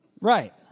Right